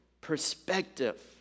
perspective